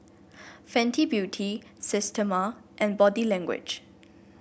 Fenty Beauty Systema and Body Language